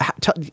tell